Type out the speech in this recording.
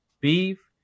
Beef